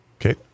Okay